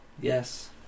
yes